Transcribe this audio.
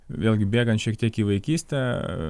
vėlgi bėgant šiek tiek į vaikystę